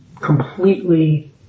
completely